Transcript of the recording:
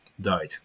died